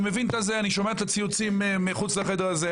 אני שומע את הציוצים מחוץ לחדר הזה,